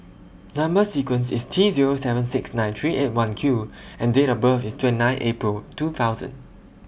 Number sequence IS T Zero seven six nine three eight one Q and Date of birth IS twenty nine April two thousand